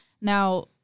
Now